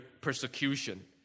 persecution